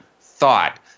thought